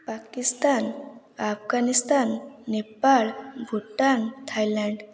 Pakistan Afghanistan Nepal Bhutan Thailand